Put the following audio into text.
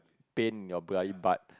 pain in your bloody butt